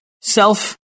self